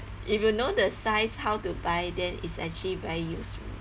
if you know the size how to buy then it's actually very useful